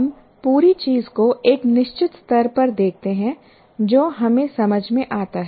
हम पूरी चीज को एक निश्चित स्तर पर देखते हैं जो हमें समझ में आता है